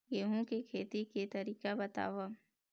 गेहूं के खेती के तरीका बताव?